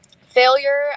failure